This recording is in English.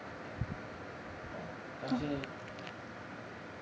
oh 但是